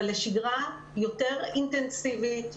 אבל לשגרה יותר אינטנסיבית,